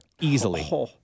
Easily